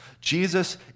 Jesus